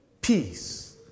peace